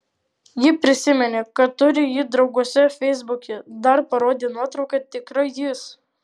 ji prisiminė kad turi jį drauguose feisbuke dar parodė nuotrauką tikrai jis